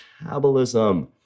metabolism